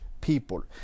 people